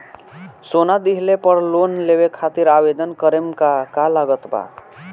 सोना दिहले पर लोन लेवे खातिर आवेदन करे म का का लगा तऽ?